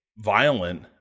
Violent